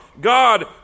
God